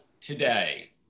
today